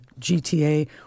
GTA